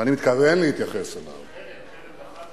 ואני מתכוון להתייחס אליו בפירוט,